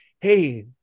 Hey